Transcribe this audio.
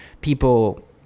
people